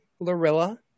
lorilla